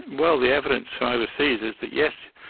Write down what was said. well, the evidence from overseas is that yes,